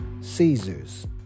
Caesar's